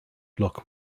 bloc